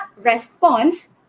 response